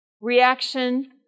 reaction